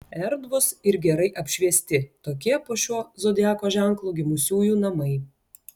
erdvūs ir gerai apšviesti tokie po šiuo zodiako ženklu gimusiųjų namai